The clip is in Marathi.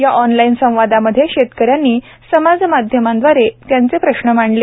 या ऑनलाईन संवादामध्ये शेतकऱ्यांनी समाज माध्यमांदवारे त्यांचं प्रश्न मांडले